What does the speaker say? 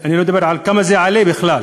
אני לא אדבר על כמה זה יעלה בכלל.